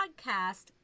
podcast